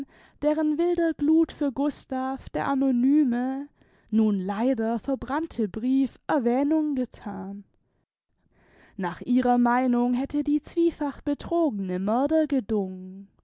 deren wilder gluth für gustav der anonyme nun leider verbrannte brief erwähnung gethan nach ihrer meinung hätte die zwiefach betrogene mörder gedungen